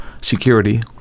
security